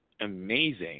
amazing